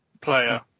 player